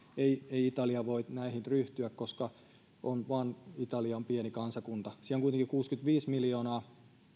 italia voi näihin ryhtyä koska italia on vain pieni kansakunta siellä on kuitenkin kuusikymmentäviisi miljoonaa